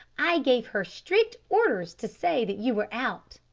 i gave her strict orders to say that you were out.